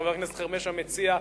חבר הכנסת חרמש המציע.